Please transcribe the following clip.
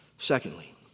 Secondly